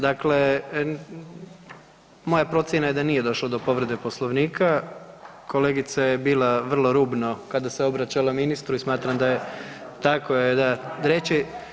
Dakle, moja procjena je da nije došlo do povrede Poslovnika, kolegica je bila vrlo rubno kada se obraćala ministru i smatram da je … [[Upadica se ne razumije.]] tako je da, reći.